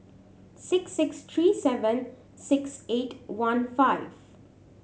six six three seven six eight one five